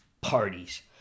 parties